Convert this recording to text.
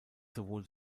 sowohl